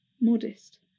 modest